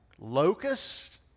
locusts